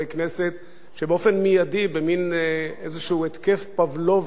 במין איזה התקף פבלובי שהוא מוכר היטב,